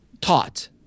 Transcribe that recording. taught